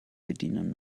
bedienen